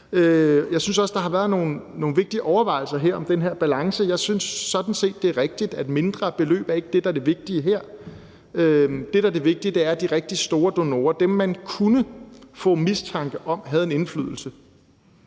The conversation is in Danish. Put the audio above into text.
Jeg synes også, der har været nogle vigtige overvejelser her om den her balance. Jeg synes sådan set, det er rigtigt, at mindre beløb ikke er det, der er det vigtige her. Det, der er det vigtige, er, at de rigtig store donorer, dem, man kunne få mistanke om havde en indflydelse